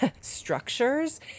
structures